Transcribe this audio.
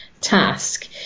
task